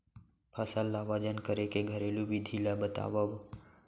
फसल ला वजन करे के घरेलू विधि ला बतावव?